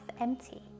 empty